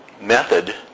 method